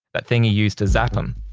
that thing he used to zap them,